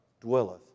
dwelleth